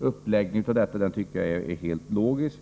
uppläggning av detta tycker jag är helt logisk.